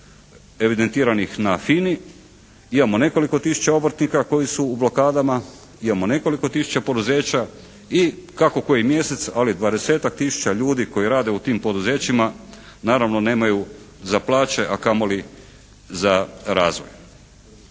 evidentiranih na FINA-i, imamo nekoliko tisuća obrtnika koji su u blokada, imamo nekoliko tisuća poduzeća i kako koji mjesec, ali 20-ak tisuća ljudi koji rade u tim poduzećima naravno nemaju za plaće, a kamo li za razvoj.